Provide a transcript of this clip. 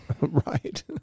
Right